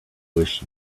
wish